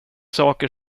saker